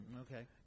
Okay